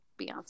beyonce